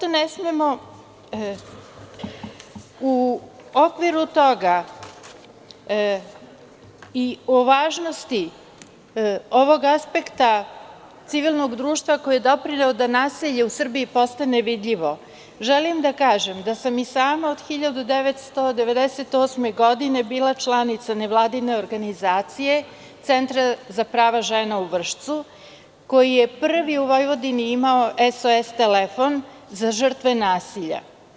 U okviru toga i o važnosti ovog aspekta civilnog društva koje je doprinelo da nasilje u Srbiji postane vidljivo, želim da kažem da sam i sama od 1998. godine bila članica nevladine organizacije Centra za prava žena u Vršcu, koji je prvi u Vojvodini imao SOS telefon za žrtve nasilja.